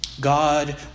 God